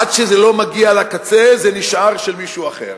עד שזה לא מגיע לקצה, זה נשאר של מישהו אחר.